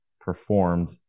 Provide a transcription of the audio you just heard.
performed